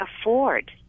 afford